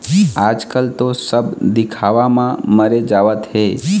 आजकल तो सब दिखावा म मरे जावत हें